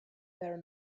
there